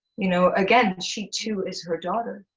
you know again, she too is her daughter.